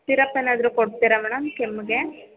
syrup ಏನಾದರೂ ಕೊಡ್ತೀರ madam ಕೆಮ್ಮಿಗೆ